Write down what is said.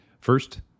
First